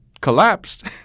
collapsed